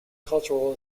cultural